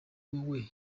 wowe